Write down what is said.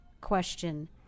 question